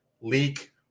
leak